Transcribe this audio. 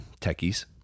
techies